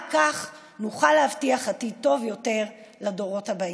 רק כך נוכל להבטיח עתיד טוב יותר לדורות הבאים.